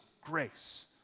grace